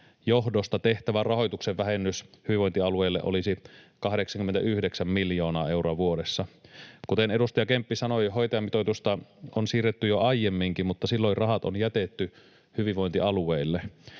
johdosta tehtävän rahoituksen vähennys hyvinvointialueille olisi 89 miljoonaa euroa vuodessa. Kuten edustaja Kemppi sanoi, hoitajamitoitusta on siirretty jo aiemminkin, mutta silloin rahat on jätetty hyvinvointialueille.